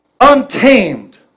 untamed